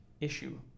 issue